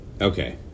Okay